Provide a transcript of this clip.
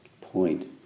point